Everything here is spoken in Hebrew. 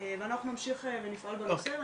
ואנחנו נמשיך ונפעל בנושא.